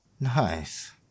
Nice